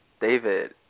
David